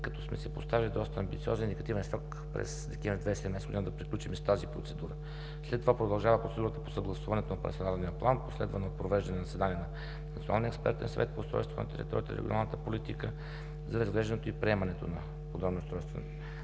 като сме си поставили доста амбициозен индикативен срок през декември 2017 г. да приключим и с тази процедура. След това продължава процедурата по съгласуването на парцеларния план, последвана от провеждане на заседание на Националния експертен съвет по устройство на територията и регионалната политика за разглеждането и приемането на подробен устройствен